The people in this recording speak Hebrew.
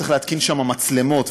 צריך להתקין שם מצלמות,